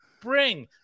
bring